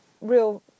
real